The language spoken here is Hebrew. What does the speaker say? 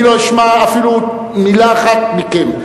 אני לא אשמע אפילו מלה אחת מכם.